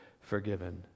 forgiven